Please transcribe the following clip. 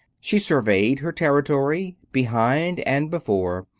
she surveyed her territory, behind and before,